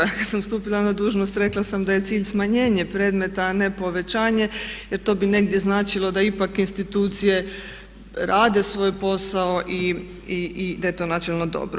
Ja kad sam stupila na dužnost rekla sam da je cilj smanjenje predmeta a ne povećanje jer to bi negdje značilo da ipak institucije rade svoj posao i da je to načelno dobro.